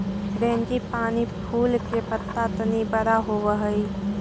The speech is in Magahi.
फ्रेंजीपानी फूल के पत्त्ता तनी बड़ा होवऽ हई